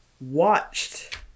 watched